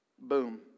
Boom